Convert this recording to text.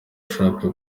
ushaka